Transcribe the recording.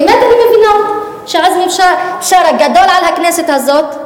באמת אני מבינה שעזמי בשארה גדול על הכנסת הזאת.